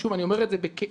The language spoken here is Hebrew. שוב, אני אומר את זה בכאב.